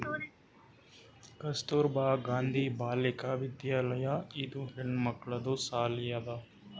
ಕಸ್ತೂರ್ಬಾ ಗಾಂಧಿ ಬಾಲಿಕಾ ವಿದ್ಯಾಲಯ ಇದು ಹೆಣ್ಮಕ್ಕಳದು ಸಾಲಿ ಅದಾ